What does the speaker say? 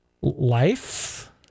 life